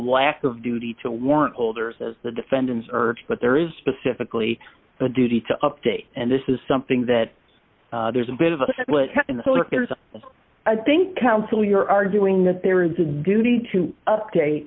lack of duty to warrant holders as the defendants are but there is pacifically the duty to update and this is something that there's a bit of a what i think counsel you're arguing that there is a duty to update